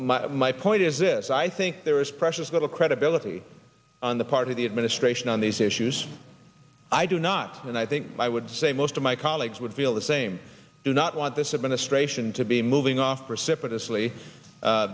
my my point is this i think there is precious little credibility on the part of the administration on these issues i do not and i think i would say most of my colleagues would feel the same do not want this administration to be moving off precipitous